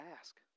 ask